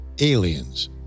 aliens